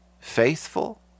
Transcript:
faithful